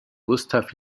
gustav